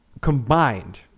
combined –